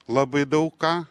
labai daug ką